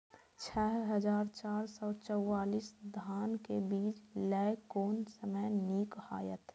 छः हजार चार सौ चव्वालीस धान के बीज लय कोन समय निक हायत?